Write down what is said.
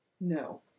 No